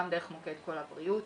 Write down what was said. גם דרך מוקד קול הבריאות,